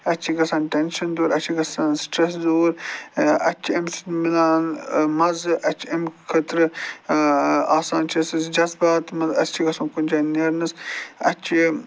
اَسہِ چھِ گژھان ٹینشَن دوٗر اَسہِ چھِ گژھان سِٹرٛٮ۪س دوٗر اَسہِ چھِ اَمہِ سۭتۍ مِلان مَزٕ اَسہِ چھِ اَمہِ خٲطرٕ آسان چھِ سُہ جزباتَس منٛز اَسہِ چھِ گژھُن کُنہِ جایہِ نیرنَس اَسہِ چھِ